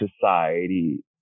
society